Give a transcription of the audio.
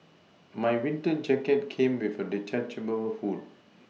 my winter jacket came with a detachable hood